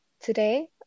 Today